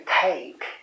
take